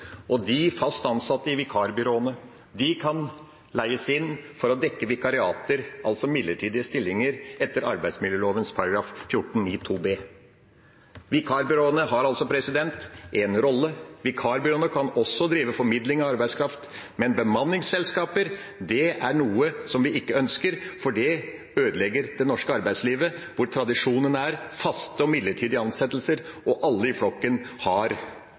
De fast ansatte i vikarbyråene kan leies inn for å dekke vikariater, altså midlertidige stillinger, etter arbeidsmiljøloven § 14-9 andre ledd bokstav b. Vikarbyråene har altså en rolle. De kan også drive med formidling av arbeidskraft, men bemanningsselskaper er noe som vi ikke ønsker, for det ødelegger det norske arbeidslivet, hvor tradisjonen er: faste og midlertidige ansettelser, og alle i flokken har